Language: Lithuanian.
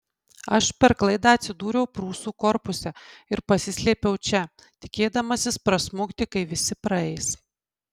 aš per klaidą atsidūriau prūsų korpuse ir pasislėpiau čia tikėdamasis prasmukti kai visi praeis